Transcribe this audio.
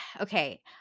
okay